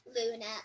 Luna